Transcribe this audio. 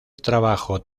trabajo